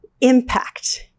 impact